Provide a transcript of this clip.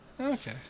okay